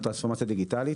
בטרנספורמציה דיגיטלית.